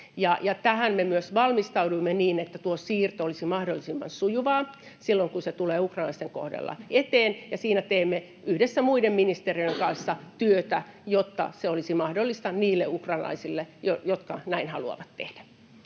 Tähän me myös valmistaudumme niin, että tuo siirto olisi mahdollisimman sujuvaa silloin, kun se tulee ukrainalaisten kohdalla eteen, ja siinä teemme yhdessä muiden ministeriöiden kanssa työtä, jotta se olisi mahdollista niille ukrainalaisille, jotka näin haluavat tehdä.